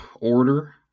order